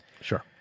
sure